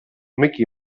micky